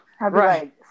right